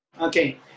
Okay